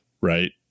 right